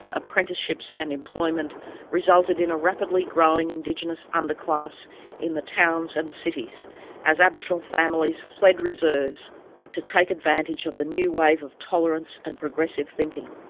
apprenticeships and employment resulted in a rapidly growing indigenous underclass in the towns and cities as aboriginal families fled reserves during to take advantage of the new wave of tolerance and progressive thinking.